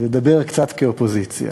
לדבר קצת כאופוזיציה,